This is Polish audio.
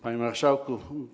Panie Marszałku!